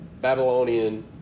Babylonian